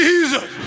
Jesus